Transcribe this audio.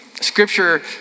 Scripture